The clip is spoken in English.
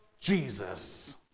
Jesus